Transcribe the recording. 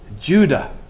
Judah